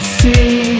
see